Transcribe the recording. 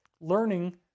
learning